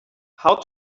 how